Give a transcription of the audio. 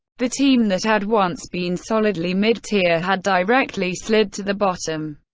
the team that had once been solidly mid-tier had directly slid to the bottom.